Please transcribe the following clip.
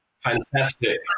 Fantastic